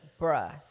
bruh